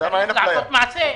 צריך לעשות מעשה.